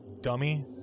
dummy